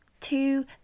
two